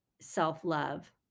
self-love